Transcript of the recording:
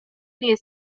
jest